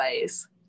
ways